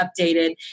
updated